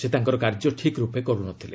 ସେ ତାଙ୍କର କାର୍ଯ୍ୟ ଠିକ୍ ରୂପେ କରୁନଥିଲେ